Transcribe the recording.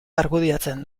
argudiatzen